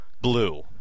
Blue